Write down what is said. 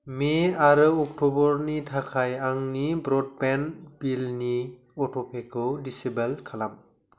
May आरो अक्ट'बरनि थाखाय आंनि ब्रडबेन्ड बिलनि अटपेखौ दिसिबेल खालाम